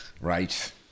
Right